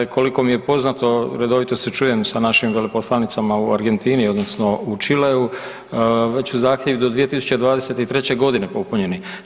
Koliko mi je poznato, redovito se čujem sa našim veleposlanicama u Argentini, odnosno u Čileu, već su zahtjevi do 2023. popunjeni.